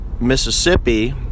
mississippi